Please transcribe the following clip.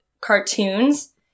cartoons